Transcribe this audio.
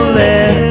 let